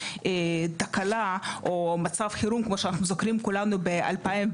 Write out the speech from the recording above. תקלה או מצב חירום כמו שאנחנו זוכרים ב-2012,